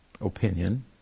opinion